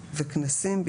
היום כ"ט בתמוז התשפ"ג, 18